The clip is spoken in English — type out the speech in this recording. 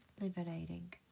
liberating